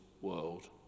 world